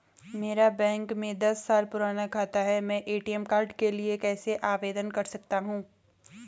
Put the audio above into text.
मेरा बैंक में दस साल पुराना खाता है मैं ए.टी.एम कार्ड के लिए कैसे आवेदन कर सकता हूँ?